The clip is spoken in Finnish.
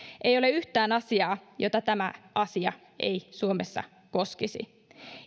ei ole yhtään asiaa jota tämä asia ei suomessa koskisi